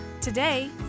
Today